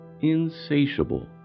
insatiable